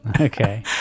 okay